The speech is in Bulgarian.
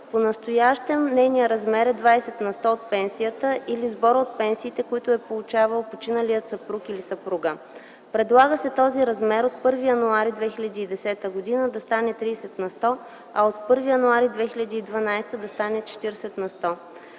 Понастоящем нейният размер е 20 на сто от пенсията или сбора от пенсиите, които е получавал починалият съпруг (съпруга). Предлага се този размер от 1 януари 2010 г. да стане 30 на сто, а от 1 януари 2012 г. да стане 40 на сто.